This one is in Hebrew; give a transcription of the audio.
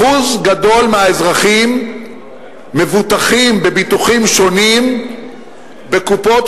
אחוז גדול מהאזרחים מבוטחים בביטוחים שונים בקופות-חולים,